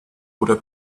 oder